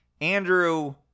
andrew